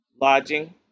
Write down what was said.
lodging